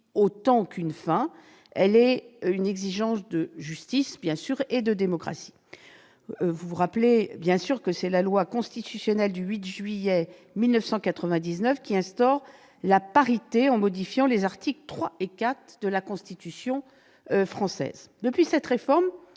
autant qu'une fin. Elle est une exigence de justice et de démocratie. C'est la loi constitutionnelle du 8 juillet 1999 qui a instauré la parité en modifiant les articles 3 et 4 de la Constitution française. Depuis cette réforme,